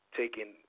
taking